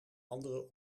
andere